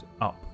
up